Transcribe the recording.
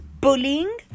bullying